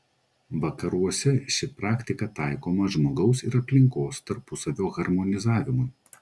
vakaruose ši praktika taikoma žmogaus ir aplinkos tarpusavio harmonizavimui